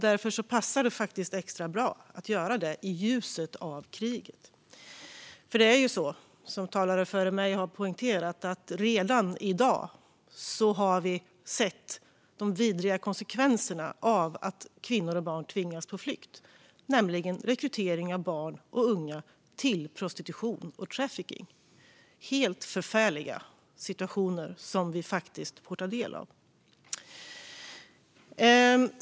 Därför passar det extra bra att göra det i ljuset av kriget. Det är ju så, som talare före mig har poängterat, att vi redan i dag har sett de vidriga konsekvenserna av att kvinnor och barn tvingas på flykt, nämligen rekrytering av barn och unga till prostitution och trafficking. Det är helt förfärliga situationer som vi får ta del av.